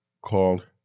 Called